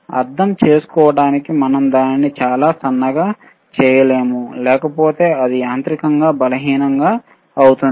అర్థం చేసుకోవడానికి మనం దానిని చాలా సన్నగా చేయలేము లేకపోతే అది యాంత్రికంగా బలహీనంగా అవుతుంది